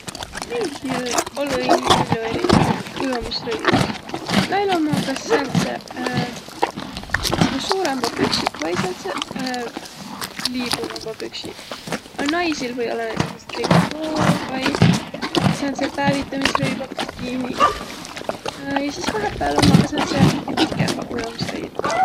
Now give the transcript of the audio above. Miihil olõ-i nii pall'o ujomisrõivit. Näil ommaq kas säändseq niguq suurõmbaq püksiq vai säändseq liibuvambaq püksiq. A naisil või olla näütüses trikoo vai säändseq päevitamisrõivaq bikiiniq. sis vaheqpääl ommaq ka säändseq pikembäq ujomisrõivaq.